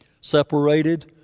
Separated